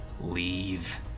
leave